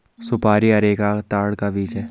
सुपारी अरेका ताड़ का बीज है